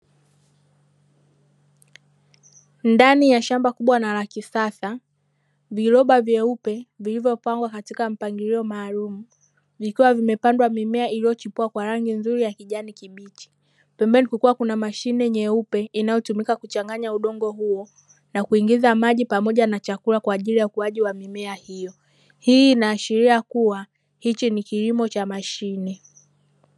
Ndani ya shamba kubwa na la kisasa viroba vyeupe vilivyopangwa katika mpangilio maalumu vikiwa vimepandwa mimea iliyochipua kwa rangi nzuri ya kijani kibichi pembeni kukiwa na mashine nyeupe inayotumika kuchanganya udongo huo na kuingiza maji pamoja na chakula kwa ajili ya ukuaji wa mimea hiyo. Hii inaashiria kuwa hichi ni kilimo cha mashine.